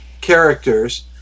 characters